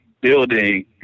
building